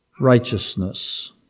righteousness